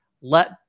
let